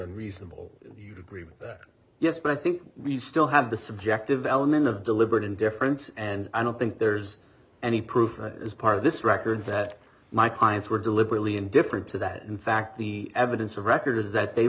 unreasonable to agree that yes but i think we still have the subjective element of deliberate indifference and i don't think there's any proof as part of this record that my clients were deliberately indifferent to that in fact the evidence of record is that they